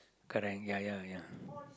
correct ya ya ya